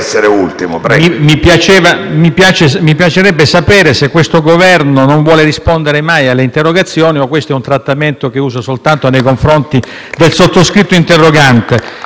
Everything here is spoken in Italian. mi piacerebbe sapere se questo Governo non vuole rispondere mai alle interrogazioni o questo è un trattamento che usa soltanto nei confronti del sottoscritto interrogante.